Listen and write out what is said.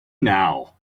now